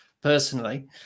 personally